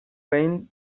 behin